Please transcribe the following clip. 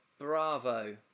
Bravo